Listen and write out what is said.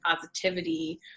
positivity